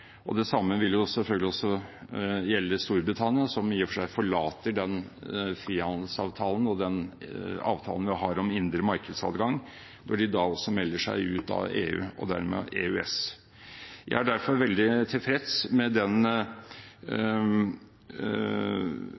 Det samme vil selvfølgelig gjelde Storbritannia, som i og for seg forlater den frihandelsavtalen og den avtalen vi har om indre markedsadgang, når de melder seg ut av EU og dermed ut av EØS. Jeg er derfor veldig tilfreds med den